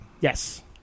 Yes